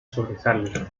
sobresalen